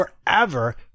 forever